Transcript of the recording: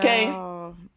Okay